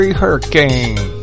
hurricane